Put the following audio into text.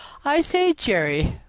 i say, jerry,